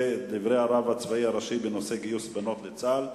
דברי הרב הראשי בנושא גיוס בנות לצה"ל,